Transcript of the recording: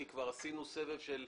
כי כבר עשינו סבב של דוברים.